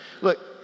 Look